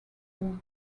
old